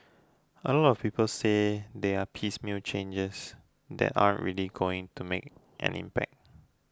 a lot of people say they are piecemeal changes that aren't really going to make an impact